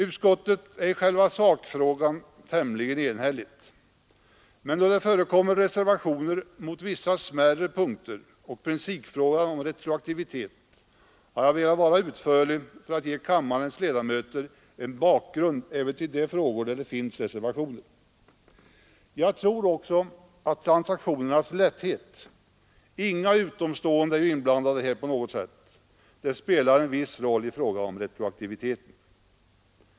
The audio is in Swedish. Utskottet är i själva sakfrågan tämligen enigt, men då det förekommer reservationer mot vissa smärre punkter och principfrågan om retroaktivitet, har jag velat vara utförlig för att ge kammarens ledamöter en bakgrund även till de frågor där det finns reservationer. Jag tror också att transaktionernas lätthet — inga utomstående är ju på något sätt inblandade — spelar en stor roll i fråga om retroaktiviteten.